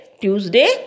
Tuesday